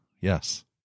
Yes